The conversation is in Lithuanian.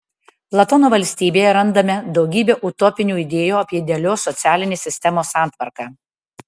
platono valstybėje randame daugybę utopinių idėjų apie idealios socialinės sistemos santvarką